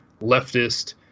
leftist